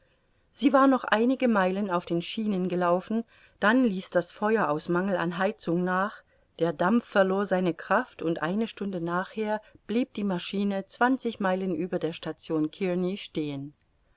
sie war noch einige meilen auf den schienen gelaufen dann ließ das feuer aus mangel an heizung nach der dampf verlor seine kraft und eine stunde nachher blieb die maschine zwanzig meilen über der station kearney stehen